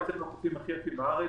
אצלנו החופים הכי יפים בארץ.